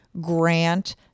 grant